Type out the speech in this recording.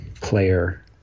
player